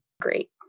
great